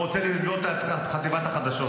הוא רוצה לסגור את חטיבת החדשות,